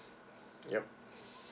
yup